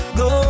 go